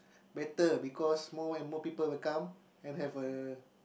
better because more and more people will come and have a